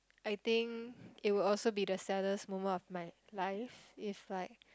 I think it will also be the saddest moment of my life if like